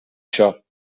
شاپ